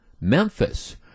Memphis